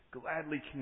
gladly